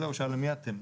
הוא שאל, מי אתם?